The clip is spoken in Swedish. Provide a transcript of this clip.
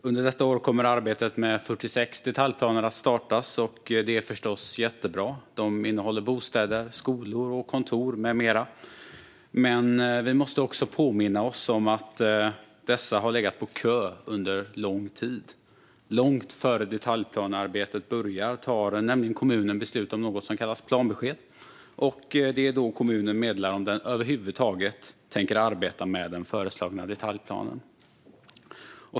Under detta år kommer arbetet med 46 detaljplaner att startas, och det är förstås jättebra - de innehåller bostäder, skolor och kontor med mera - men vi måste också påminna oss om att dessa har legat på kö under lång tid. Långt innan detaljplanearbetet börjar tar nämligen kommunen beslut om något som kallas planbesked. Det är då kommunen meddelar om den över huvud taget tänker arbeta med den föreslagna detaljplanen.